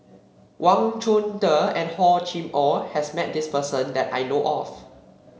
Wang Chunde and Hor Chim Or has met this person that I know of